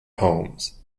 homes